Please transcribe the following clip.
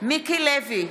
מיקי לוי,